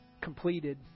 completed